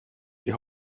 die